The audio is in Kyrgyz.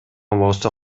болсо